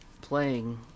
playing